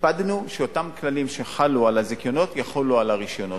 הקפדנו שאותם כללים שחלו על הזיכיונות יחולו על הרשיונות.